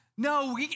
No